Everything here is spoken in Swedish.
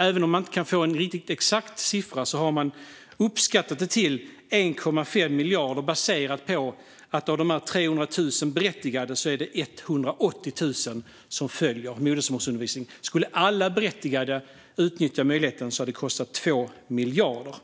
Även om man inte kan få en exakt siffra har man uppskattat det till 1,5 miljarder baserat på att det av 300 000 berättigade är 180 000 som följer modersmålsundervisningen. Om alla som är berättigade skulle utnyttja möjligheten skulle det kosta 2 miljarder.